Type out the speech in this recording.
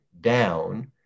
down